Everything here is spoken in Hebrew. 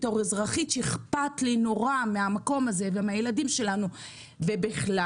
בתור אזרחית שאכפת לי נורא מהמקום הזה ומהילדים שלנו ובכלל,